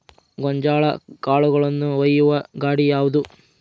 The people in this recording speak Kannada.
ಗೋಂಜಾಳ ಕಾಳುಗಳನ್ನು ಒಯ್ಯುವ ಗಾಡಿ ಯಾವದು?